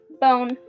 bone